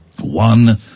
One